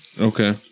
Okay